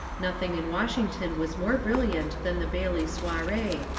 nothing in washington was more brilliant than the bailey soiree.